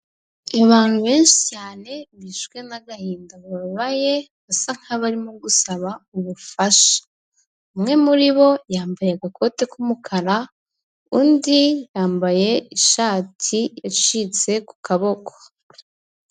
Abantu benshi cyane bishwe n'agahinda bababaye basa nk'abarimo gusaba ubufasha, umwe muri bo yambaye agakoti k'umukara, undi yambaye ishati icitse ku kaboko.